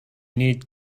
need